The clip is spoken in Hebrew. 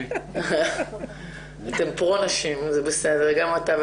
על הנושא כי הוא נושא שבוער בעצמותינו כבר 100 שנה.